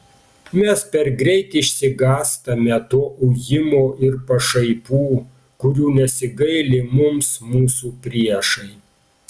mes per greit išsigąstame to ujimo ir pašaipų kurių nesigaili mums mūsų priešai